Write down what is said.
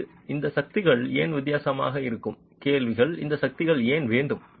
இப்போது உங்கள் கேள்வி என்ன இந்த சக்திகள் ஏன் வித்தியாசமாக இருக்கும் கேள்வி இந்த சக்திகள் ஏன் வேண்டும்